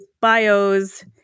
bios